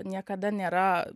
niekada nėra